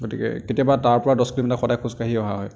গতিকে কেতিয়াবা তাৰপৰা দহ কিলোমিটাৰ সদায় খোজকাঢ়ি অহা হয়